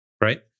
right